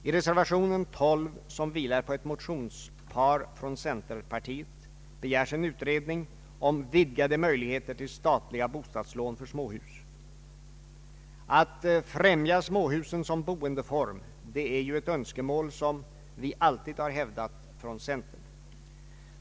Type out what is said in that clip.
I reservation 12, som vilar på ett motionspar från centerpartiet, begärs en utredning om vidgade möjligheter till statliga bostadslån för småhus. Att främja småhusen såsom boendeform är ju ett önskemål, som vi från centern alltid har hävdat.